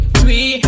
Three